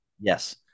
Yes